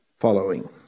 following